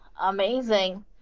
Amazing